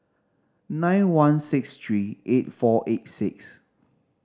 nine one six three eight four eight six